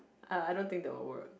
uh I don't think that will work